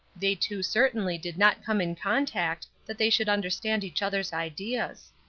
they two certainly did not come in contact, that they should understand each other's ideas.